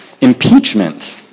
Impeachment